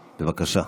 בבקשה.